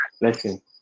listen